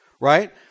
Right